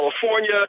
California